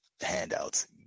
handouts